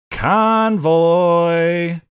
convoy